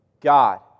God